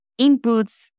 inputs